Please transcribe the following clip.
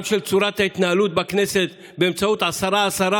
גם של צורת ההתנהלות בכנסת, באמצעות עשרה-עשרה.